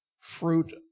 fruit